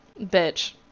Bitch